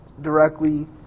directly